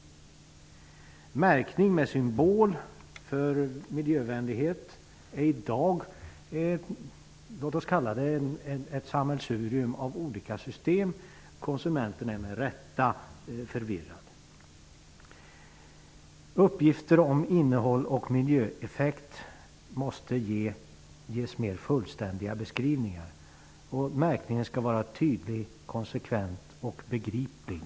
Märkning med symbol för miljövänlighet är i dag ett -- låt oss kalla det -- sammelsurium av olika system. Konsumenterna är med rätta förvirrade. Uppgifter om innehåll och miljöeffekt måste ges mer fullständiga beskrivningar, och märkningen skall vara tydlig, konsekvent och begriplig.